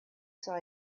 saw